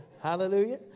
Hallelujah